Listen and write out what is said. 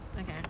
okay